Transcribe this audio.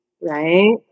right